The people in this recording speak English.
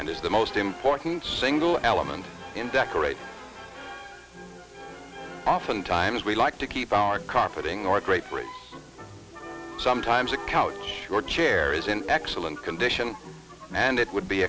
and is the most important single element in decorate oftentimes we like to keep our carpeting or a great race sometimes a couch or chair is in excellent condition and it would be